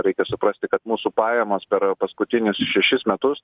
reikia suprasti kad mūsų pajamos per paskutinius šešis metus